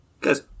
Guys